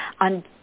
on